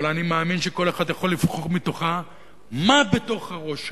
אבל אני מאמין שכל אחד יכול לבחור מתוכה מה בתוך הראש שלו,